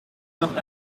noch